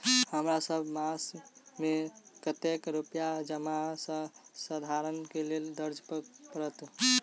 हमरा सब मास मे कतेक रुपया कर्जा सधाबई केँ लेल दइ पड़त?